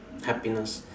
happiness